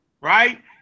right